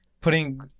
putting